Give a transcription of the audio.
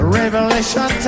revelation